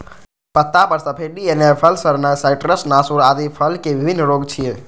पत्ता पर सफेदी एनाय, फल सड़नाय, साइट्र्स नासूर आदि फलक विभिन्न रोग छियै